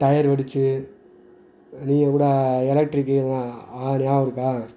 tyre வெடிச்சு நீங்கக்கூட எலெக்ட்ரிக்கு இதெல்லாம் ஆ ஞாபகம் இருக்கா